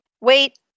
Wait